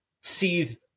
see